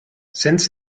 since